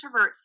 introverts